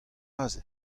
aze